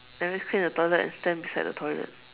and just clean the toilet and stand beside the toilet